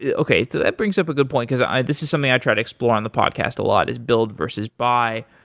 yeah okay that brings up a good point because this is something i try to explore on the podcast a lot is build versus buy.